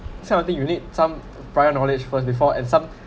this kind of thing you need some prior knowledge first before and some